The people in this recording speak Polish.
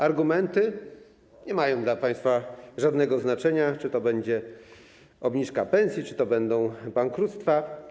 Argumenty nie mają dla państwa żadnego znaczenia - czy to będzie obniżka pensji, czy to będą bankructwa.